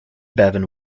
bevan